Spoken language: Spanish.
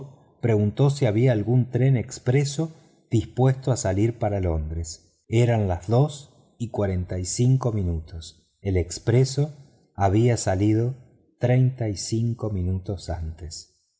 preguntó si había algún tren expreso para londres eran las dos y cuarenta y cinco minutos el expreso había salido treinta y cinco minutos antes